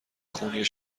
خونی